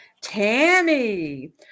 tammy